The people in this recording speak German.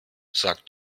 sagt